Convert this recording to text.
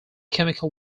chemical